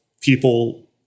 people